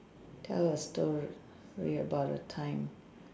tell a story about a time